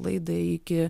laidai iki